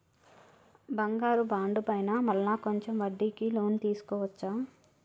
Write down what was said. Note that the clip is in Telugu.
బంగారు బాండు పైన మళ్ళా కొంచెం వడ్డీకి లోన్ తీసుకోవచ్చా?